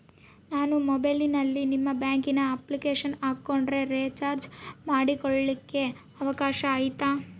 ನಾನು ಮೊಬೈಲಿನಲ್ಲಿ ನಿಮ್ಮ ಬ್ಯಾಂಕಿನ ಅಪ್ಲಿಕೇಶನ್ ಹಾಕೊಂಡ್ರೆ ರೇಚಾರ್ಜ್ ಮಾಡ್ಕೊಳಿಕ್ಕೇ ಅವಕಾಶ ಐತಾ?